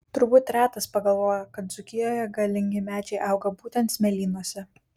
turbūt retas pagalvoja kad dzūkijoje galingi medžiai auga būtent smėlynuose